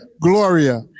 Gloria